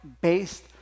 based